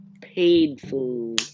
painful